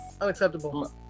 Unacceptable